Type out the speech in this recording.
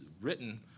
written